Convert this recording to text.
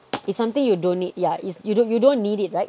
it's something you don't need yeah it's you don't you don't need it right